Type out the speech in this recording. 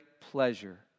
pleasure